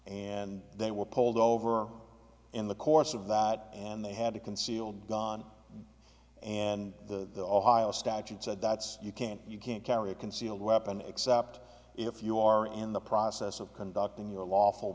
and they were pulled over in the course of that and they had to conceal dawn and the the ohio statute said that's you can't you can't carry a concealed weapon except if you are in the process of conducting your lawful